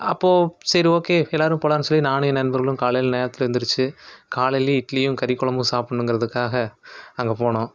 அப்போ சரி ஓகே எல்லாரும் போகலான்னு சொல்லி நானும் ஏன் நண்பர்களும் காலையில் நேரத்தில் எழுந்துரிச்சு காலையிலே இட்லியும் கறிக்குழம்பும் சாப்பிட்ணுங்கறதுக்காக அங்கே போனோம்